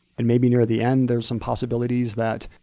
and maybe near the end there's some possibilities that,